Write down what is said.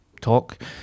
talk